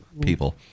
people